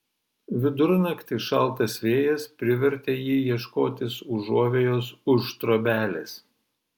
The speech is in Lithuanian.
vidurnaktį šaltas vėjas privertė jį ieškotis užuovėjos už trobelės